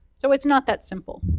so it's not that simple.